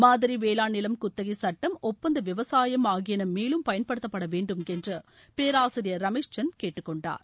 மாதிரி வேளாண் நிலம் குத்தகை சட்டம் ஒப்பந்த விவசாயம் ஆகியன மேலும் பயன்படுத்தப்பட வேண்டும் என்று பேராசிரியர் ரமேஷ் சந்த் கேட்டுக்கொண்டார்